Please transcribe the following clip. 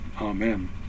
Amen